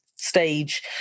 stage